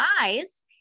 eyes